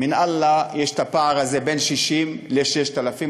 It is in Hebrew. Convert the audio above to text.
מן אללה יש הפער הזה בין 60,000 ל-6,000,